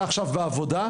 אתה עכשיו בעבודה,